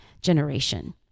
generation